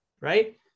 Right